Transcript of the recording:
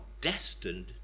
destined